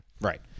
right